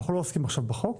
אנחנו לא עוסקים עכשיו בחוק,